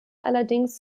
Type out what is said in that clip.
allerdings